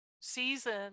season